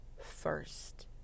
first